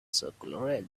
circular